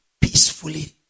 peacefully